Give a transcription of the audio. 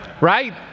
Right